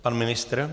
Pan ministr?